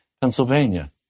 Pennsylvania